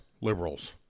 Liberals